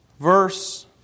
Verse